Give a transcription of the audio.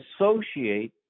associate